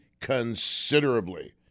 considerably